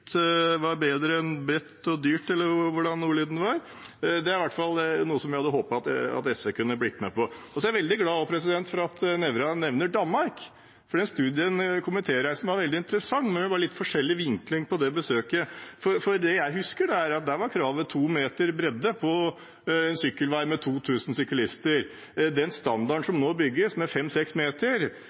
bedre enn bredt og dyrt – eller hvordan ordlyden var. Det er i hvert fall noe jeg hadde håpet at SV kunne blitt med på. Så er jeg veldig glad for at Nævra nevner Danmark, for den komitéreisen var veldig interessant, vi har bare litt forskjellig vinkling på besøket. Det jeg husker, er at der var kravet 2 meter bredde på sykkelvei med 2 000 syklister. Den standarden som nå bygges, er 5–6 meter.